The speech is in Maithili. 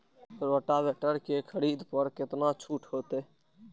रोटावेटर के खरीद पर केतना छूट होते?